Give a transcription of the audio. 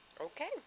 okay